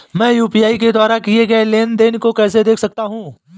मैं यू.पी.आई के द्वारा किए गए लेनदेन को कैसे देख सकता हूं?